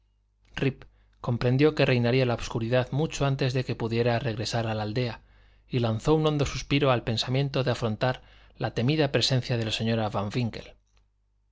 comprendió que reinaría la obscuridad mucho antes de que pudiera regresar a la aldea y lanzó un hondo suspiro al pensamiento de afrontar la temida presencia de la señora van